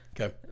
Okay